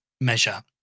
measure